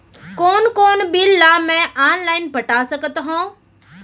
कोन कोन बिल ला मैं ऑनलाइन पटा सकत हव?